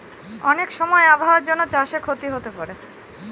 অনেক সময় আবহাওয়ার জন্য চাষে ক্ষতি হতে পারে